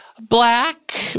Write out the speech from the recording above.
black